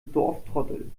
dorftrottel